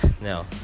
Now